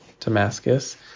Damascus